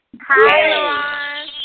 Hi